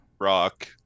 rock